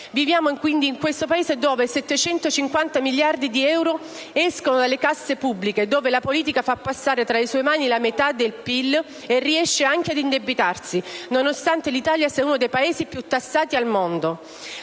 Viviamo in un Paese dove 750 miliardi escono dalle casse pubbliche, dove la politica fa passare tra le sue mani la metà del PIL e riesce anche ad indebitarsi, nonostante l'Italia sia uno dei Paesi più tassati al mondo.